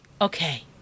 okay